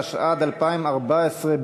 התשע"ד 2014,